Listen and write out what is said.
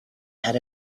had